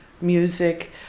music